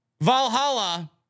Valhalla